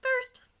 first